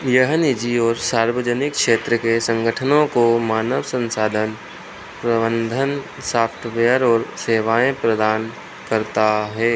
यह निजी और सार्वजनिक क्षेत्र के संगठनों को मानव संसाधन प्रबंधन सॉफ्टवेयर और सेवाएँ प्रदान करता है